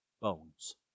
bones